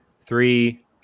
three